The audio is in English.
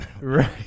right